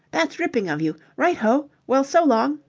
that's ripping of you. right ho. well, so long.